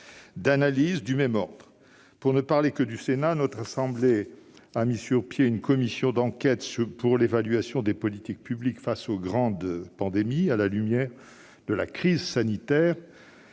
d'analyse du même ordre. Pour ne parler que du Sénat, notre assemblée a mis sur pied une commission d'enquête pour l'évaluation des politiques publiques face aux grandes pandémies à la lumière de la crise sanitaire